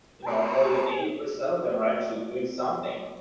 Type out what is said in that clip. you know, more than eighty percent of them are actually doing something,